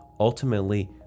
Ultimately